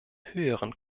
höheren